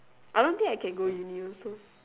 I don't think I can go uni also